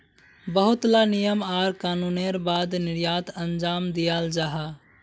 बहुत ला नियम आर कानूनेर बाद निर्यात अंजाम दियाल जाहा